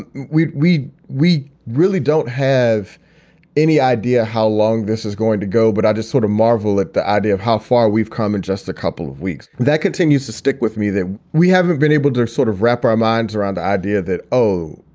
and we we really don't have any idea how long this is going to go, but i just sort of marvel at the idea of how far we've come in and just a couple of weeks. that continues to stick with me that we haven't been able to sort of wrap our minds around the idea that, oh,